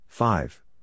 Five